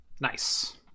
Nice